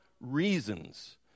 reasons